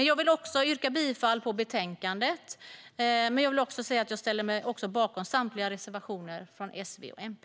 Jag vill yrka bifall till förslaget i betänkandet och säga att jag också ställer mig bakom båda reservationerna från S, V och MP.